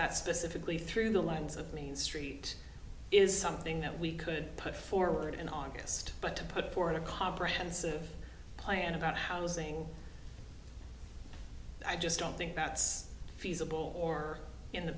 that specifically through the lens of main street is something that we could put forward in august but to put forward a comprehensive plan about housing i just don't think that's feasible or in the